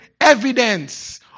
evidence